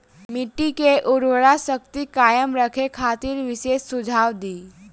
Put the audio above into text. मिट्टी के उर्वरा शक्ति कायम रखे खातिर विशेष सुझाव दी?